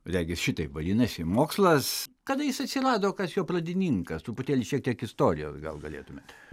regis šitaip vadinasi mokslas kada jis atsirado kas jo pradininkas truputėlį šiek tiek istorijos gal galėtumėt